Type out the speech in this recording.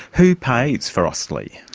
who pays for austlii?